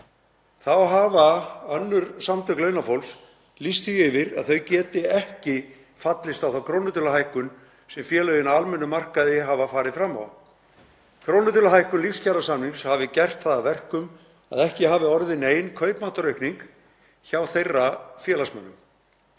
Þá hafa önnur samtök launafólks lýst því yfir að þau geti ekki fallist á þá krónutöluhækkun sem félögin á almennum markaði hafa farið fram á. Krónutöluhækkun lífskjarasamnings hafi gert það að verkum að ekki hafi orðið nein kaupmáttaraukning hjá þeirra félagsmönnum.